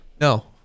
No